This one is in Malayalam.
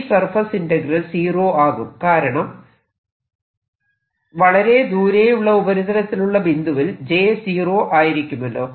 ഈ സർഫേസ് ഇന്റഗ്രൽ സീറോ ആകും കാരണം വളരെ ദൂരെയുള്ള ഉപരിതലത്തിലുള്ള ബിന്ദുവിൽ j സീറോ ആയിരിക്കുമല്ലോ